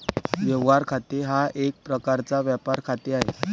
व्यवहार खाते हा एक प्रकारचा व्यापार खाते आहे